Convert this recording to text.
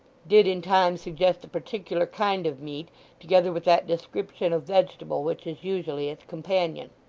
did in time suggest a particular kind of meat together with that description of vegetable which is usually its companion.